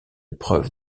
preuve